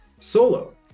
Solo